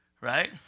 right